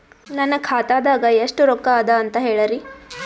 ನನ್ನ ಖಾತಾದಾಗ ಎಷ್ಟ ರೊಕ್ಕ ಅದ ಅಂತ ಹೇಳರಿ?